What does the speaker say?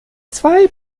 zwei